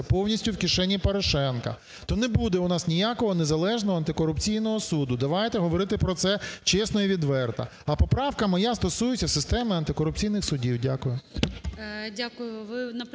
повністю в кишені Порошенка, то не буде у нас ніякого незалежного антикорупційного суду. Давайте говорити про це чесно і відверто. А поправка моя стосується системи антикорупційних судів. Дякую.